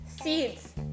seeds